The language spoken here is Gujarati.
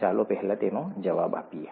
ચાલો પહેલા તેનો જવાબ આપીએ